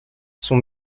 son